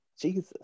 Jesus